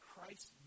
Christ